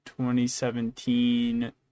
2017